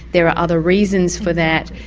there are other reasons for that,